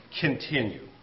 continue